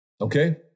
okay